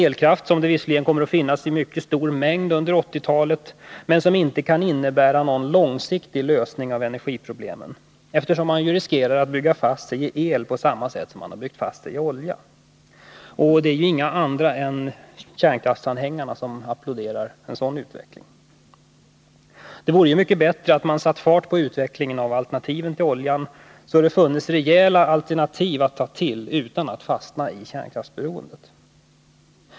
Visserligen kommer elkraften att finnas i mycket stor mängd under 1980-talet, men den kan inte innebära någon långsiktig lösning av energiproblemen, eftersom man riskerar att bygga fast sig i el på samma sätt som man har byggt fast sig i olja. Och det är inga andra än kärnkraftsanhängarna som kan applådera en sådan utveckling. Det vore mycket bättre att man satte fart på utvecklingen av alternativen till oljan, så att man inte fastnar i ett kärnkraftsberoende.